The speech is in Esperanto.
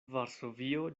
varsovio